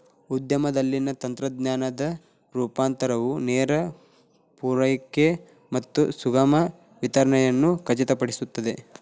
ಉದ್ಯಮದಲ್ಲಿನ ತಂತ್ರಜ್ಞಾನದ ರೂಪಾಂತರವು ನೇರ ಪೂರೈಕೆ ಮತ್ತು ಸುಗಮ ವಿತರಣೆಯನ್ನು ಖಚಿತಪಡಿಸುತ್ತದೆ